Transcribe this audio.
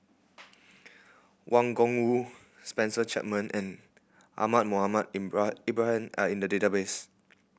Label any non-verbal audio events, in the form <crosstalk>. Wang Gungwu Spencer Chapman and Ahmad Mohamed <unintelligible> Ibrahim are in the database